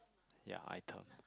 ya item